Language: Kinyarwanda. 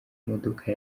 modoka